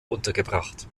untergebracht